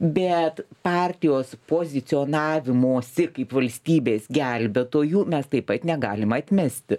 bet partijos pozicionavimosi kaip valstybės gelbėtojų mes taip pat negalim atmesti